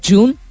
June